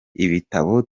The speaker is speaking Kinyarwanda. ibitabo